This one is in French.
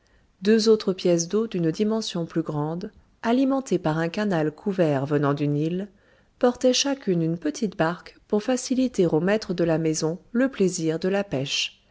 deux autres pièces d'eau d'une dimension plus grande alimentées par un canal couvert venant du nil portaient chacune une petite barque pour faciliter au maître de la maison le plaisir de la pêche